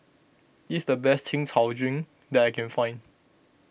this is the best Chin Chow Drink that I can find